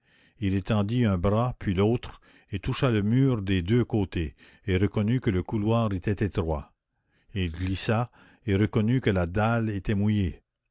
il étendit un bras puis l'autre et toucha le mur des deux côtés et reconnut que le couloir était étroit il glissa et reconnut que la dalle était mouillée